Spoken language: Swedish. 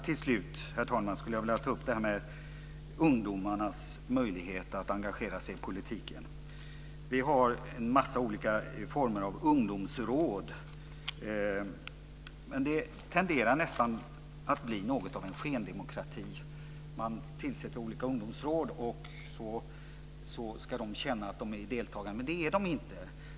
Till sist vill jag ta upp frågan om ungdomars möjlighet att engagera sig i politiken. Det finns många olika former av ungdomsråd, men dessa tenderar att bli något av en skendemokrati. Man tillsätter olika ungdomsråd som ska känna sig delaktiga, men det är de inte.